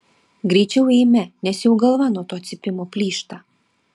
greičiau eime nes jau galva nuo to cypimo plyšta